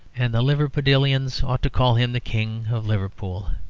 and the liverpudlians ought to call him the king of liverpool.